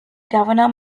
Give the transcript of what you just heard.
governor